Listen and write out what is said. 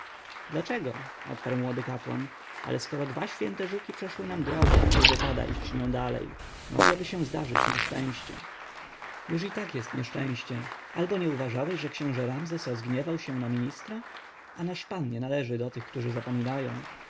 dlaczego odparł młody kapłan ale skoro dwa święte żuki przeszły nam drogę nie wypada iść nią dalej mogłoby się zdarzyć nieszczęście już i tak jest nieszczęście albo nie uważałeś że książę ramzes rozgniewał się na ministra a nasz pan nie należy do tych którzy zapominają